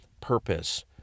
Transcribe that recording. purpose